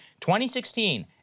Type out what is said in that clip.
2016